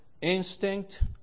instinct